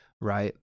right